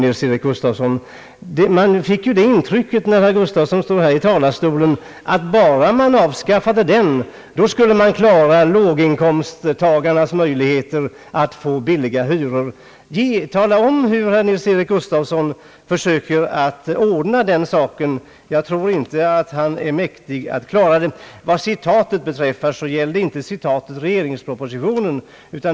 När herr Gustafsson stod i talarstolen fick man det intrycket att om man bara avskaffade hyreslagen så skulle man kunna ge låginkomsttagarna billiga hyror. Tala om, herr Gustafsson, hur ni skall klara den saken. Jag tror inte ni kan det. Vad citatet beträffar så gällde det inte ett citat ur regeringspropositionen.